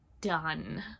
done